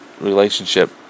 relationship